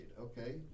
Okay